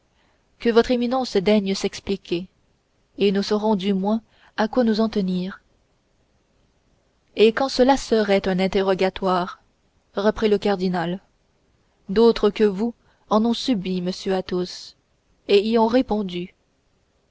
que votre éminence daigne s'expliquer et nous saurons du moins à quoi nous en tenir et quand cela serait un interrogatoire reprit le cardinal d'autres que vous en ont subi monsieur athos et y ont répondu